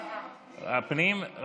הפנים, הפנים.